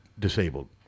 Disabled